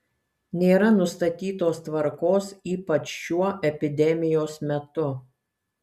nėra nustatytos tvarkos ypač šiuo epidemijos metu